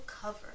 cover